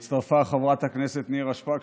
הצטרפה חברת הכנסת נירה שפק,